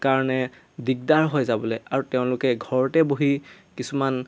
কাৰণে দিগদাৰ হৈ যাবলৈ আৰু তেওঁলোকে ঘৰতে বহি কিছুমান